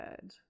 good